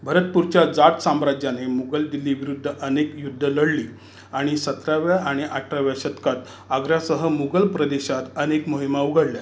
भरतपूरच्या जाट साम्राज्याने मुघल दिल्ली विरुद्ध अनेक युद्ध लढली आणि सतराव्या आणि अठराव्या शतकात आग्र्यासह मुघल प्रदेशात अनेक मोहिमा उघडल्या